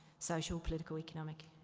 social, political, economic,